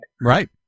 Right